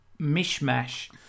mishmash